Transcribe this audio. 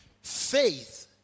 Faith